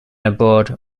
abroad